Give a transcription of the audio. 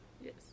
yes